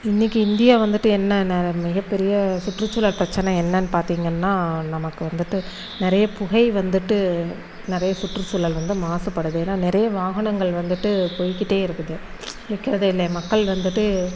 இன்றைக்கு இந்தியா வந்துட்டு என்ன நெ மிகப் பெரிய சுற்றுசூழல் பிரச்சின என்னென்னு பார்த்திங்கனா நமக்கு வந்துட்டு நிறைய புகை வந்துட்டு நிறைய சுற்றுசூழல் வந்து மாசுபடுது ஏன்னால் நிறைய வாகனங்கள் வந்துட்டு போய்கிட்டே இருக்குது நிற்கிறதே இல்லை மக்கள் வந்துட்டு